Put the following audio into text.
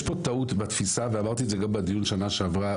יש פה טעות בתפיסה ואמרתי את זה גם בדיון בשנה שעברה